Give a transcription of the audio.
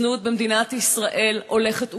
הזנות במדינת ישראל הולכת וגדלה: